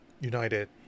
United